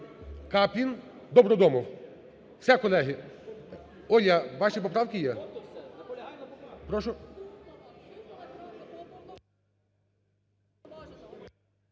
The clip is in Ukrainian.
Каплін, Добродомов. Все, колеги. Оля, ваші поправки є. Прошу.